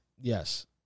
Yes